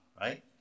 right